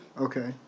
Okay